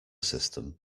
system